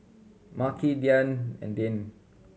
Makhi Diann and Deane